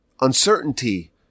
uncertainty